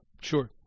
Sure